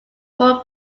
called